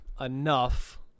enough